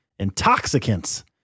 intoxicants